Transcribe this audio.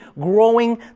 growing